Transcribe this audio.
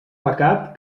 pecat